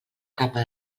capa